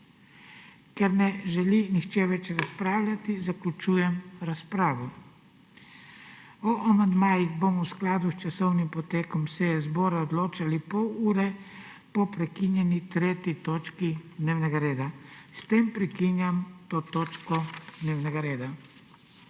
Ker ne želi nihče več razpravljati, zaključujem razpravo. O amandmajih bomo v skladu s časovnim potekom seje zbora odločali pol ure po prekinjeni 3. točki dnevnega reda. S tem prekinjam to točko dnevnega reda.